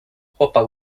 chłopak